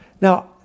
Now